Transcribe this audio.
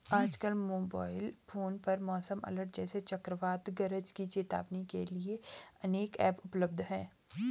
आजकल mobile phone पर मौसम अलर्ट जैसे चक्रवात गरज की चेतावनी के लिए अनेक ऐप उपलब्ध है